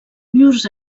llurs